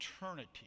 eternity